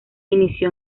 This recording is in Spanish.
inició